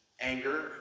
anger